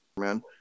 man